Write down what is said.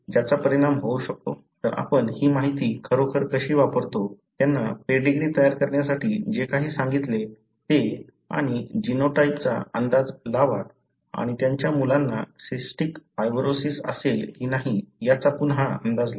तर आपण ही माहिती खरोखर कशी वापरतो त्यांनी पेडीग्री तयार करण्यासाठी जे काही सांगितले ते आणि जीनोटाइपचा अंदाज लावा आणि त्यांच्या मुलांना सिस्टिक फायब्रोसिस असेल की नाही याचा पुन्हा अंदाज लावा